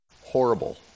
horrible